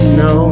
no